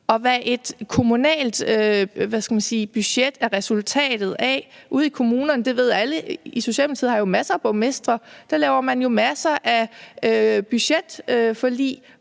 Hvad et kommunalt budget er resultatet af ude i kommunerne, ved alle – Socialdemokratiet har jo masser af borgmestre. Der laver man jo masser af budgetforlig,